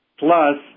plus